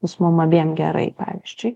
bus mum abiem gerai pavyzdžiui